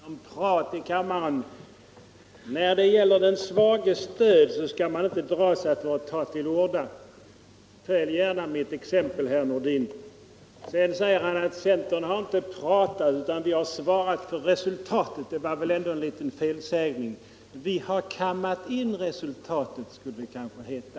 Herr talman! Bara ett par ord till herr Nordin om prat i kammaren. När det gäller den svages stöd skall man inte dra sig för att ta till orda. Följ gärna exemplet, herr Nordin! Sedan säger han att centern inte har pratat utan svarat för resultatet. Det var väl ändå en liten felsägning. ”Vi har kammat in resultatet”, borde det kanske heta.